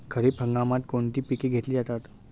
खरीप हंगामात कोणती पिके घेतली जातात?